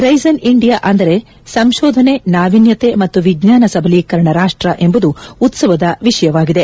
resin India ಅಂದರೆ ಸಂಶೋಧನೆ ನಾವಿನ್ಯತೆ ಮತ್ತು ವಿಜ್ಞಾನ ಸಬಲೀಕರಣ ರಾಷ್ಟ ಎಂಬುದು ಉತ್ಸವದ ವಿಷಯವಾಗಿದೆ